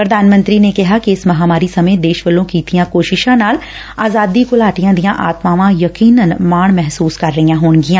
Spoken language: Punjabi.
ਪ੍ਰਧਾਨ ਮੰਤਰੀ ਨੇ ਕਿਹਾ ਕਿ ਇਸ ਮਹਾਮਾਰੀ ਸਮੇ ਦੇਸ਼ ਵੱਲੋਂ ਕੀਤੀਆਂ ਕੋਸ਼ਿਸਾਂ ਨਾਲ ਆਜ਼ਾਦੀ ਘੁਲਾਟੀਆਂ ਦੀਆਂ ਆਤਮਾਵਾਂ ਯਕੀਨਨ ਮਾਣ ਮਹਿਸੁਸ ਕਰ ਰਹੀਆਂ ਹੋਣਗੀਆਂ